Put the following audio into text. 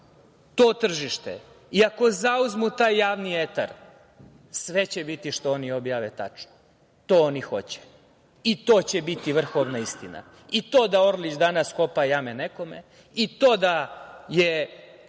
to tržište i ako zauzmu taj javni etar sve će biti što oni objave tačno. To oni hoće i to će biti vrhovna istina. I to da Orlić danas kopa jame nekome. I to da je